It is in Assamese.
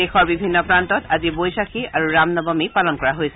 দেশৰ বিভিন্ন প্ৰান্তত আজি বৈশাখী আৰু ৰাম নৱমী পালন কৰা হৈছে